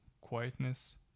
quietness